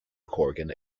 corgan